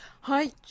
Hi